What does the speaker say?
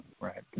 Right